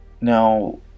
now